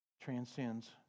transcends